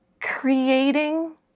creating